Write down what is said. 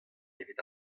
evit